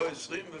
אני